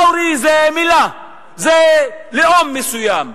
מאורי זה פשוט מלה שהיא שם של לאום מסוים.